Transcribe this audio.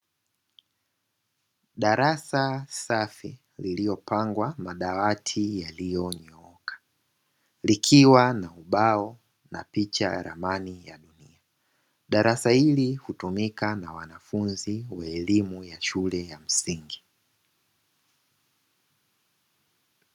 Darasa safi lililopangwa madawati yaliyonyooka likiwa na ubao na picha ya ramani ya dunia. Darasa hili hutumika na wanafunzi wa elimu ya shule ya msingi.